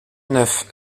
neuf